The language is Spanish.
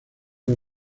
los